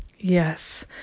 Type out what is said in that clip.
Yes